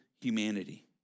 humanity